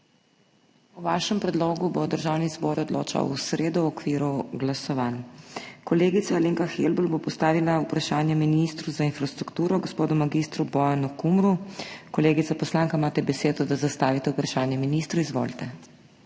O vašem predlogu bo Državni zbor odločal v sredo v okviru glasovanj. Kolegica Alenka Helbl bo postavila vprašanje ministru za infrastrukturo, gospodu mag. Bojanu Kumru. Kolegica poslanka, imate besedo, da zastavite vprašanje ministru, izvolite.